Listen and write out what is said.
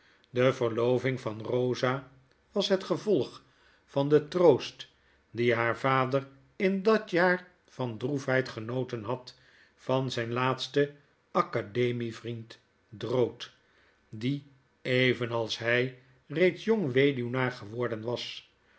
de verloving van eosa was het gevolg van den troost dien haar vader in dat jaar van droefheid genoten had van zyn laatsten acaderaievriend drood die evenals hij reeds jong weduwnaar geworden was